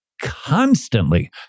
constantly